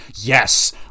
yes